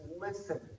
listen